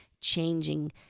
changing